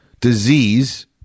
disease